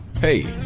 Hey